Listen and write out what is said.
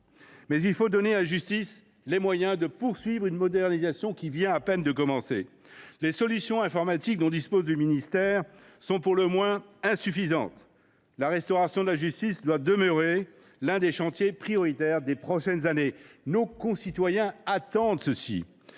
Mais il faut donner à la justice les moyens de poursuivre une modernisation qui vient à peine de commencer. Or les solutions informatiques dont dispose le ministère sont pour le moins insuffisantes. La restauration de la justice doit demeurer l’un des chantiers prioritaires des prochaines années : il y a là une attente